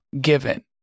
given